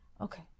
Okay